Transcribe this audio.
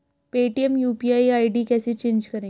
Paytm UPI ID कैसे change करें?